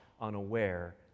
unaware